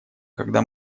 когда